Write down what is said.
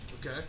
Okay